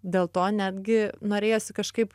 dėl to netgi norėjosi kažkaip